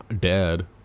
dead